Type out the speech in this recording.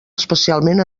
especialment